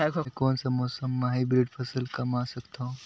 मै कोन मौसम म हाईब्रिड फसल कमा सकथव?